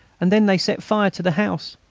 and then they set fire to the house.